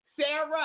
Sarah